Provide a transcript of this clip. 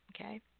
okay